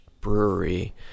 Brewery